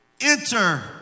enter